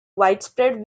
widespread